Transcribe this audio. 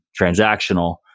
transactional